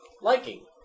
liking